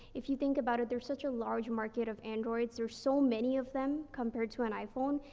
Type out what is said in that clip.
if you think about it, there's such a large market of androids. there's so many of them compared to an iphone.